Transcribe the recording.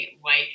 white